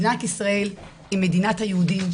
מדינת ישראל היא מדינת היהודים,